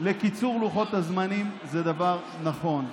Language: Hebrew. לקיצור לוחות הזמנים, זה דבר נכון.